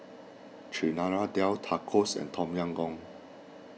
Chana Dal Tacos and Tom Yam Goong